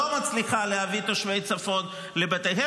לא מצליחה להביא את תושבי הצפון לבתיהם.